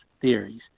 theories